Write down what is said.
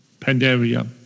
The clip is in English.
Pandaria